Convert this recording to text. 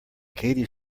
katie